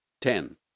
ten